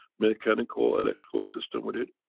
mechanical, electrical system with it.